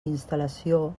instal·lació